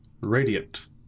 Radiant